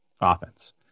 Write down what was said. offense